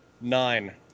Nine